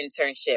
internship